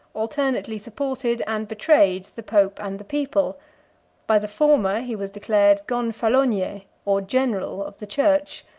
alternately supported and betrayed the pope and the people by the former he was declared gonfalonier, or general, of the church,